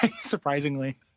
Surprisingly